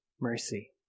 mercy